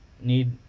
need